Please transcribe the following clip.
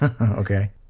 Okay